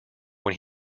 when